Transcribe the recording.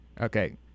Okay